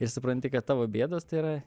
ir supranti kad tavo bėdos tai yra